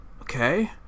okay